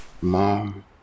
Mom